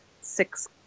six